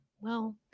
Well